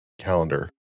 calendar